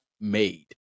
made